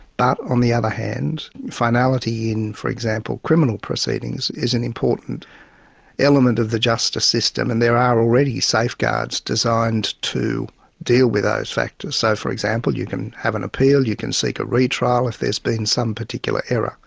but on the other hand, finality in, for example, criminal proceedings is an important element of the justice system, and there already safeguards designed to deal with those factors. so for example, you can have an appeal, you can seek a re-trial if there's been some particular error